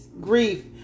Grief